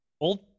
old